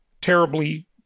terribly